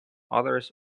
others